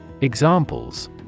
Examples